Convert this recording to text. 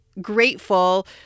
grateful